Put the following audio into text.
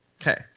Okay